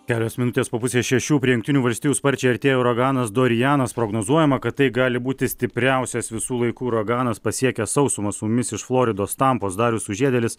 kelios minutės po pusės šešių prie jungtinių valstijų sparčiai artėja uraganas dorianas prognozuojama kad tai gali būti stipriausias visų laikų uraganas pasiekęs sausumą su mumis iš floridos tampos darius sužiedėlis